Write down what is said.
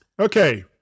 Okay